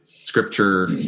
scripture